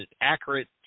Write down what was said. accurate